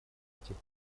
этих